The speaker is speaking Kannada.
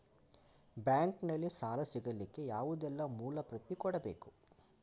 ಬ್ಯಾಂಕ್ ನಲ್ಲಿ ಸಾಲ ಸಿಗಲಿಕ್ಕೆ ಯಾವುದೆಲ್ಲ ಮೂಲ ಪ್ರತಿ ಕೊಡಬೇಕು?